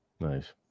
Nice